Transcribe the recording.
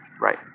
right